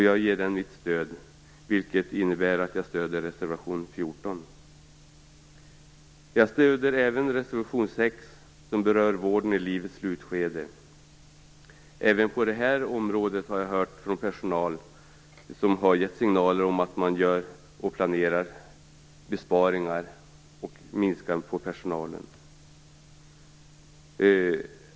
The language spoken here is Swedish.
Jag ger den mitt fulla stöd, vilket innebär att jag stöder reservation Jag stöder även reservation 6 som berör vård i livets slutskede. Även på det här området har jag från personal fått signaler om att det planeras besparingar och minskningar inom personal.